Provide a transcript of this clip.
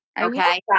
Okay